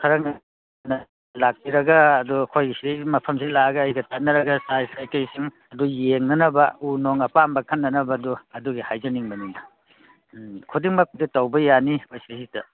ꯈꯔ ꯉꯟꯅ ꯂꯥꯛꯄꯤꯔꯒ ꯑꯗꯨ ꯑꯩꯈꯣꯏꯒꯤꯁꯤ ꯃꯐꯝꯁꯤ ꯂꯥꯛꯑꯒ ꯑꯩꯒ ꯇꯥꯟꯅꯔꯒ ꯁꯥꯏꯖ ꯀꯔꯤ ꯀꯔꯤ ꯁꯨꯝ ꯑꯗꯨ ꯌꯦꯡꯅꯅꯕ ꯎ ꯅꯨꯡ ꯑꯄꯥꯝꯕ ꯈꯟꯅꯅꯕ ꯑꯗꯨꯒꯤ ꯍꯥꯏꯖꯅꯤꯡꯕꯅꯤꯗ ꯎꯝ ꯈꯨꯗꯤꯡꯃꯛꯇꯤ ꯇꯧꯕ ꯌꯥꯅꯤ ꯁꯤꯗꯒꯤꯁꯤꯗ